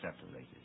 separated